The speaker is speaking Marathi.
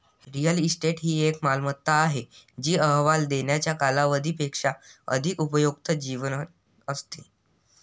रिअल इस्टेट ही एक मालमत्ता आहे जी अहवाल देण्याच्या कालावधी पेक्षा अधिक उपयुक्त जीवन असते